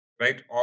right